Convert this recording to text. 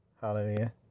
hallelujah